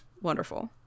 Wonderful